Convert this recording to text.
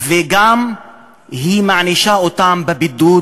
וגם מענישה אותם בבידוד.